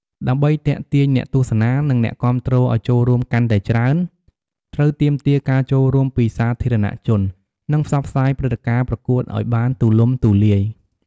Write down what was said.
ដើម្បីទាក់ទាញអ្នកទស្សនា នឹងអ្នកគាំទ្រឲ្យចូលរួមកាន់តែច្រើន ត្រូវទាមទារការចូលរួមពីសាធារណជន និងផ្សព្វផ្សាយព្រឹត្តិការណ៍ប្រកួតឲ្យបានទូលំទូលាយ ។